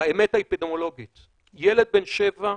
באמת האפידמיולוגית ילד בן שבע שנחשף,